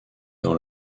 dans